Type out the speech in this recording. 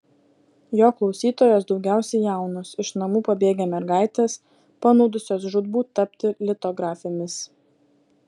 jo klausytojos daugiausiai jaunos iš namų pabėgę mergaitės panūdusios žūtbūt tapti litografėmis